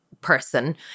person